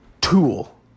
tool